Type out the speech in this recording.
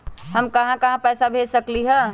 हम कहां कहां पैसा भेज सकली ह?